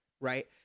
right